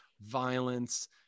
violence